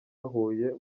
huye